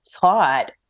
taught